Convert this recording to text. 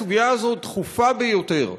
הסוגיה הזאת דחופה ביותר,